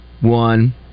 one